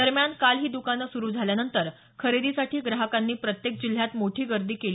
दरम्यान काल ही दुकानं सुरू झाल्यानंतर खरेदीसाठी ग्राहकांनी प्रत्येक जिल्ह्यात मोठी गर्दी केली